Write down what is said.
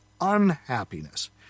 unhappiness